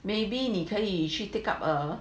maybe 你可以去 take up a